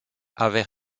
avaient